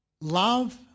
love